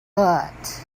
but